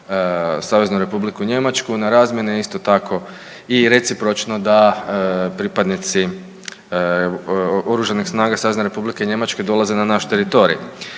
Saveznu Republiku Njemačku, na razmjene isto tako i recipročno da pripadnici oružanih snaga Savezne Republike Njemačke dolaze na naš teritorij.